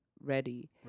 ready